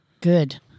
Good